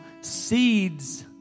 seeds